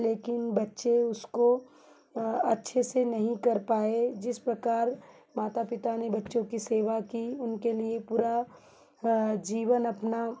लेकिन बच्चे उसको अच्छे से नहीं कर पाए जिस प्रकार माता पिता ने बच्चों कि सेवा की उनके लिए पूरा जीवन अपना